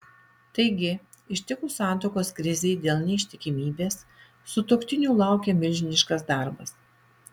taigi ištikus santuokos krizei dėl neištikimybės sutuoktinių laukia milžiniškas darbas